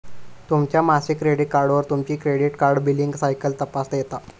तुमच्या मासिक क्रेडिट कार्डवर तुमची क्रेडिट कार्ड बिलींग सायकल तपासता येता